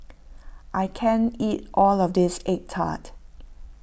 I can't eat all of this Egg Tart